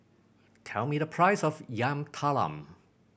tell me the price of Yam Talam